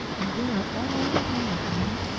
and they are all in all to me.